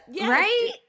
Right